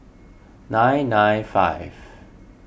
nine nine five